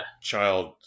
child